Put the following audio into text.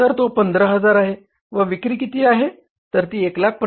तर तो 15000 आहे व विक्री किती आहे